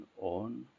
on